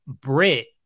brit